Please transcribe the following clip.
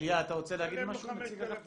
אליה, נציג אגף התקציבים,